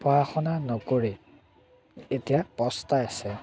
পঢ়া শুনা নকৰি এতিয়া পস্তাইছে